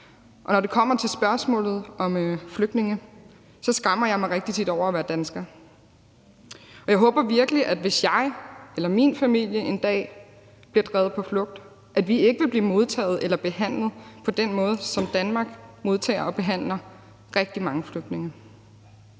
Og når det kommer til spørgsmålet om flygtninge, skammer jeg mig rigtig tit over at være dansker. Jeg håber virkelig, at hvis jeg eller min familie en dag bliver drevet på flugt, at vi ikke vil blive modtaget eller behandlet på den måde, som Danmark modtager og behandler rigtig mange flygtninge